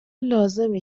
لازمه